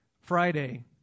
Friday